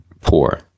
poor